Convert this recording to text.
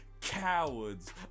cowards